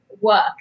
work